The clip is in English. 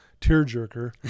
tearjerker